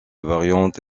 variante